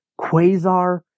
Quasar